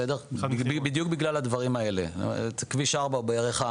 בדיוק בגלל הדברים האלה, כביש ארבע הוא בערך,